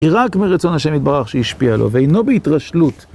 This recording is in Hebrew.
היא רק מרצון השם התברך שהשפיע לו, ואינו בהתרשלות.